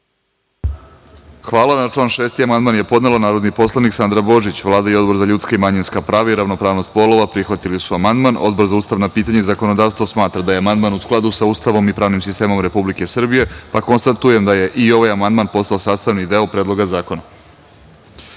Hvala. Na član 6. amandman je podnela narodni poslanik Sandra Božić. Vlada i Odbor za ljudska i manjinska prava i ravnopravnost polova prihvatili su amandman, a Odbor za ustavna pitanja i zakonodavstvo smatra da je amandman u skladu sa Ustavom i pravnim sistemom Republike Srbije. Konstatujem da je ovaj amandman postao sastavni deo Predloga zakona. Na